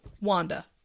wanda